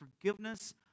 forgiveness